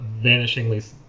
vanishingly